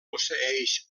posseeix